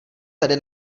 tady